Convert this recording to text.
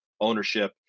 ownership